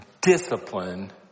discipline